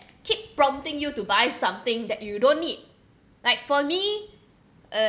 keep prompting you to buy something that you don't need like for me